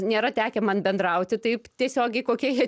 nėra tekę man bendrauti taip tiesiogiai kokie jie